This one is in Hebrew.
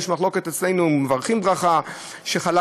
שיש מחלוקת אצלנו אם מברכים ברכת "שחלק